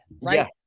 right